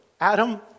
Adam